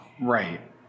Right